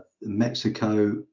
Mexico